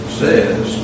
says